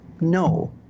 No